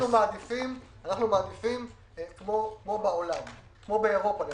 אנחנו מעדיפים כמו באירופה למשל,